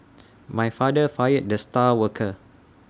my father fired the star worker